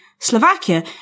Slovakia